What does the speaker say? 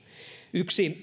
yksi